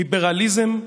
ליברליזם,